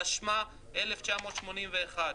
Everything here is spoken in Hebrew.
התשמ"א-1981,